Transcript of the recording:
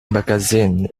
magazine